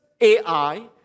AI